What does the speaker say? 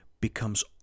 becomes